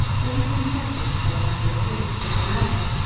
though he confesses, they have the appearance of the latter,